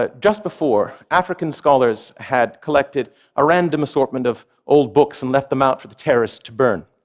ah just before, african scholars had collected a random assortment of old books and left them out for the terrorists to burn.